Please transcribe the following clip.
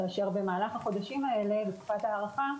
במהלך החודשים האלה בתקופת ההארכה,